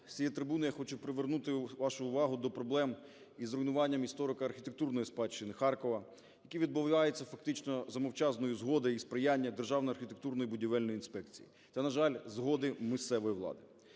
з цієї трибуни я хочу привернути вашу увагу до проблем із руйнуваннямісторико-архітектурної спадщини Харкова, які відбуваються фактично за мовчазної згоди і сприяння Державної архітектурно-будівельної інспекції та, на жаль, згоди місцевої влади.